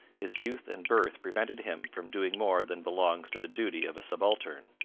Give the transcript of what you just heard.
his youth and birth prevented him from doing more than belongs to the duty of a subaltern.